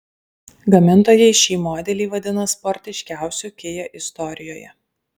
gamintojai šį modelį vadina sportiškiausiu kia istorijoje